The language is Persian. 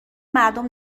مردم